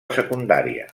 secundària